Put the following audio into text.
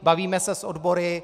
Bavíme se s odbory.